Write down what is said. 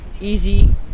easy